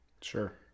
Sure